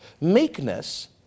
meekness